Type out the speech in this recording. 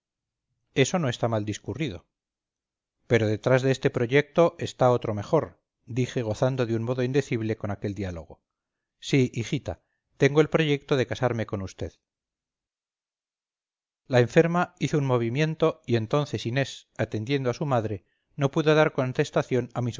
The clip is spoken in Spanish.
eso no está mal discurrido pero detrás de este proyecto está otro mejor dije gozando de un modo indecible con aquel diálogo sí hijita tengo el proyecto de casarme con usted la enferma hizo un movimiento y entonces inés atendiendo a su madre no pudo dar contestación